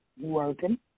Working